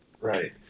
right